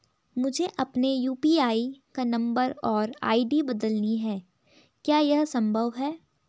मुझे अपने यु.पी.आई का नम्बर और आई.डी बदलनी है क्या यह संभव है?